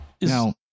Now